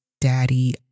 daddy